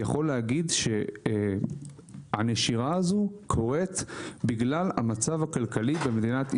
יכול להגיד שהנשירה הזאת קורית בגלל המצב הכלכלי במדינת ישראל.